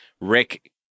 Rick